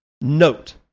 Note